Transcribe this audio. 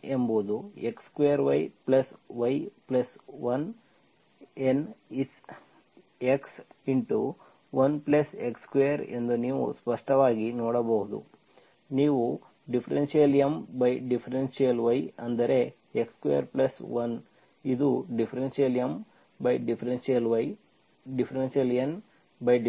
ಮತ್ತು M ಎಂಬುದು x2yy1 N is x1x2 ಎಂದು ನೀವು ಸ್ಪಷ್ಟವಾಗಿ ನೋಡಬಹುದು ನೀವು ∂M∂y ಅಂದರೆ x21 ಇದು ∂M∂y